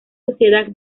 sociedad